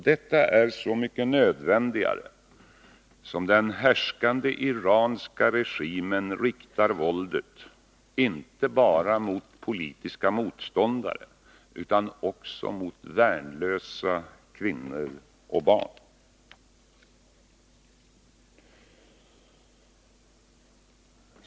Detta är så mycket nödvändigare som den härskande iranska regimen riktar våldet inte bara mot politiska motståndare utan också mot värnlösa kvinnor och barn.